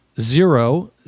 Zero